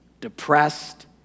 depressed